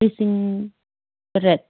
ꯂꯤꯁꯤꯡ ꯇꯔꯦꯠ